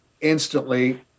instantly